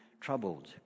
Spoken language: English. troubled